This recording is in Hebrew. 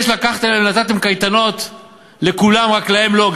אלה שלקחתם ונתתם קייטנות לכולם ורק להם לא,